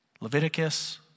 Leviticus